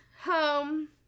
home